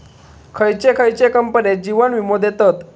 खयचे खयचे कंपने जीवन वीमो देतत